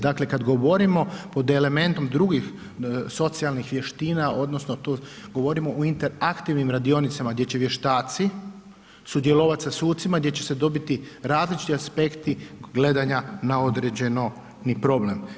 Dakle kada govorimo pod elementom drugih socijalnih vještina, odnosno tu govorimo o interaktivnim radionicama, gdje će vještaci sudjelovati sa sucima i gdje će dobiti različiti aspekti gledanja na određeni problem.